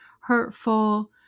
hurtful